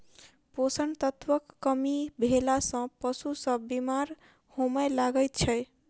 पोषण तत्वक कमी भेला सॅ पशु सभ बीमार होमय लागैत छै